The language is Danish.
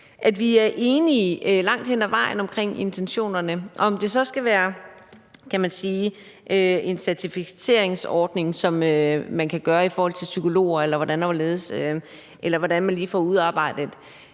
at vi er enige langt hen ad vejen med hensyn til intentionerne. Om det så skal være en certificeringsordning, som man kan lade psykologer stå for, eller hvordan man lige får udarbejdet